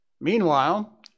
Meanwhile